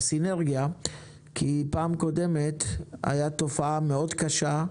כי בפעם הקודמת הייתה תופעה מאוד קשה,